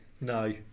No